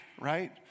right